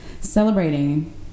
celebrating